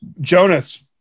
jonas